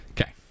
Okay